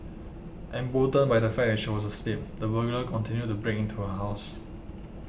emboldened by the fact that she was asleep the burglar continued to break into her house